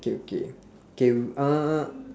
okay okay K uh